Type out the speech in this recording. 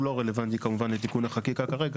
הוא לא רלוונטי לתיקון החקיקה כרגע,